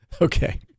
Okay